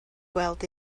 gweld